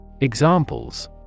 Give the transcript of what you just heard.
Examples